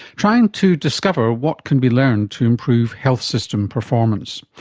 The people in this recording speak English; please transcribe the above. trying to discover what can be learned to improve health system performance.